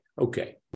Okay